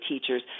Teachers